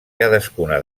cadascuna